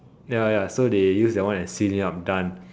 ya ya so they used that one and seal it up done